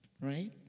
right